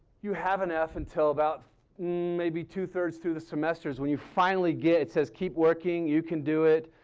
you have an f until about maybe two thirds through the semesters when you finally get, it says keep working, you can do it,